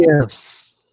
gifts